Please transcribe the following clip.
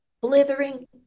blithering